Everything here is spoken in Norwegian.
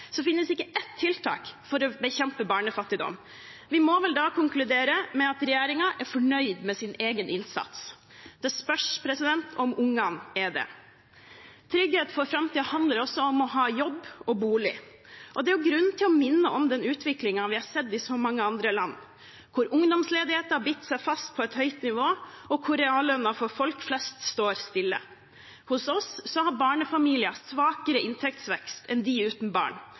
finnes ikke ett tiltak for å bekjempe barnefattigdom. Vi må vel da konkludere med at regjeringen er fornøyd med sin egen innsats. Det spørs om ungene er det. Trygghet for framtiden handler også om å ha jobb og bolig. Det er grunn til å minne om den utviklingen vi har sett i så mange andre land, hvor ungdomsledigheten har bitt seg fast på et høyt nivå, og hvor reallønnen for folk flest står stille. Hos oss har barnefamilier svakere inntektsvekst enn dem uten barn.